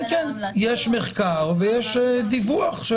יש מחקר ויש דיווח.